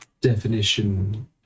Definition